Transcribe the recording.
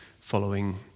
following